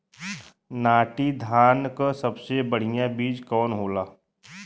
नाटी धान क सबसे बढ़िया बीज कवन होला?